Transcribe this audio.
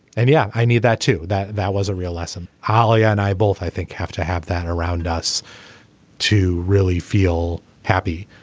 and yeah i need that too. that that was a real lesson holly and i both i think have to have that around us to really feel happy.